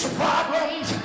problems